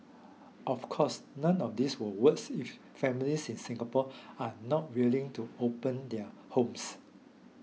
of course none of this will works if families in Singapore are not willing to open their homes